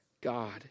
God